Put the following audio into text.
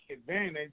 advantage